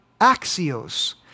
axios